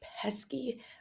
pesky